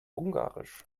ungarisch